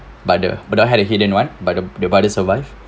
but the but I had a hit and run one but the the brother survive